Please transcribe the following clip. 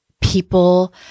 people